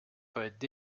peuvent